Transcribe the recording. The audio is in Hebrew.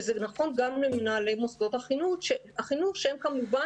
וזה נכון גם למנהלי מוסדות החינוך שהם כמובן